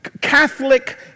Catholic